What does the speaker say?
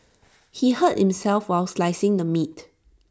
he hurt himself while slicing the meat